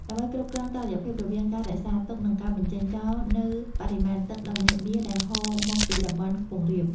ដើម្បីគ្រប់គ្រងតុល្យភាពរវាងការរក្សាទុក និងការបញ្ចេញចោលនូវបរិមាណទឹកដ៏មហិមាដែលហូរមកពីតំបន់ខ្ពង់រាប។